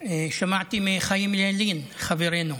שמעתי מחיים ילין חברנו.